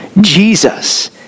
Jesus